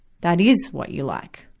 that is what you like,